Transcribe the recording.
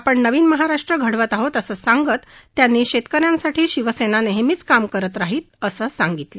आपण नवीन महाराष्ट्र घडवत आहोत असं सांगत त्यांनी शेतक यांसाठी शिवसेना नेहमीच काम करत राहील असं सांगितलं